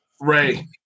Ray